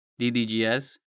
DDGS